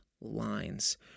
lines